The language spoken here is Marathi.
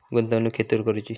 गुंतवणुक खेतुर करूची?